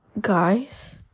Guys